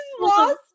lost